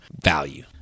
value